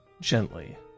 gently